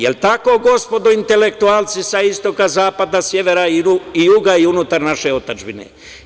Da li je tako gospodo intelektualci sa istoka, zapada, severa i juga i unutar naše otadžbine?